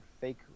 fake